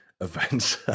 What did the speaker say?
events